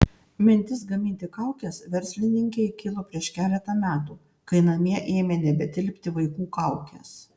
mintis gaminti kaukes verslininkei kilo prieš keletą metų kai namie ėmė nebetilpti vaikų kaukės